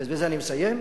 ובזה אני מסיים,